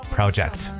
Project